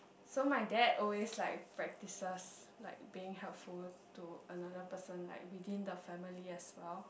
so my dad always like practices like being helpful to another person like within the family as well